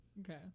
Okay